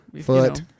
Foot